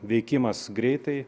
veikimas greitai